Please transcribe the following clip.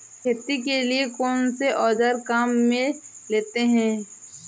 खेती के लिए कौनसे औज़ार काम में लेते हैं?